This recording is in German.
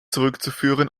zurückzuführen